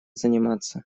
заниматься